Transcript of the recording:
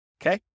okay